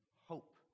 hope